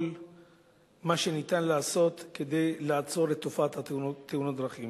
מה שניתן לעשות כדי לעצור את תופעת תאונות הדרכים.